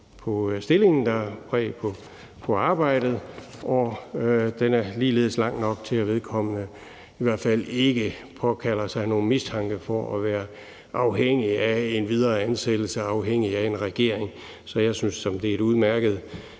på stillingen og på arbejdet, og den er ligeledes lang nok til, at vedkommende i hvert fald ikke påkalder sig nogen mistanke for at være afhængig af en videre ansættelse eller afhængig af en regering. Så jeg synes sådan set, det er et udmærket